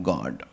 God